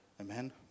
amen